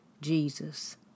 Jesus